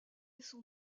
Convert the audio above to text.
son